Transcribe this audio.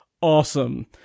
awesome